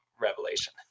Revelation